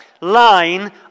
line